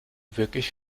wirklich